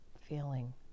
feeling